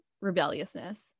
rebelliousness